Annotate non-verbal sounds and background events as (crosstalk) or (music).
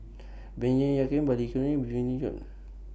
Baey Yam Keng Balli Kaur (unintelligible) Jun